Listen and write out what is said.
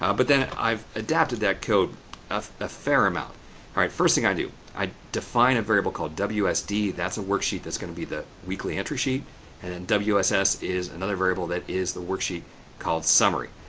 ah but then i've adapted that code of a fair amount. all right, first thing i do, i define a variable called wsd. that's the worksheet that's going to be the weekly entry sheet and wss is another variable that is the worksheet called summary.